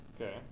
Okay